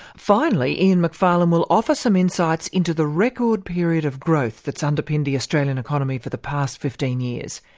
finally, ian macfarlane will offer some insights into the record period of growth that's underpinned the australian economy for the past fifteen years.